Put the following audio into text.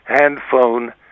handphone